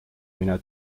mine